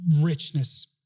richness